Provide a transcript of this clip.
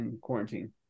quarantine